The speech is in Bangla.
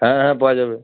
হ্যাঁ হ্যাঁ পাওয়া যাবে